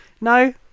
No